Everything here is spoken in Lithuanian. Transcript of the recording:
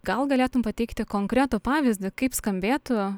gal galėtum pateikti konkretų pavyzdį kaip skambėtų